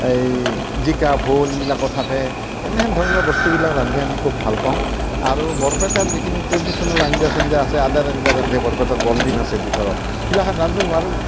এই জিকা ভোল এইবিলাকও থাকে এনেহেন ধৰণৰ বস্তুবিলাক ৰান্ধি আমি খুব ভাল পাওঁ আৰু বৰপেটাৰ যিখিনি ট্ৰেডিচনেল আঞ্জা চাঞ্জা আছে আদাৰ আঞ্জা ৰান্ধে বৰপেটাৰ বৰ্লি মাছে দি ধৰক সিগিলাখান ৰান্ধোঁ আৰু